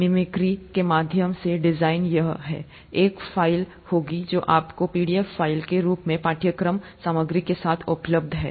mimicry के माध्यम से डिजाइन यह है एक फाइल होगी जो आपको पीडीएफ फाइल के रूप में पाठ्यक्रम सामग्री के साथ उपलब्ध है